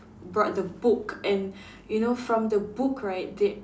brought the book and you know from the book right they